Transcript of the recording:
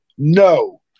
No